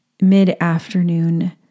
mid-afternoon